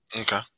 Okay